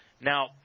Now